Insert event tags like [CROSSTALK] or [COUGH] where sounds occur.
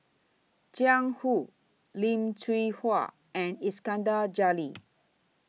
Jiang Hu Lim Hwee Hua and Iskandar Jalil [NOISE]